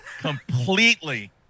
completely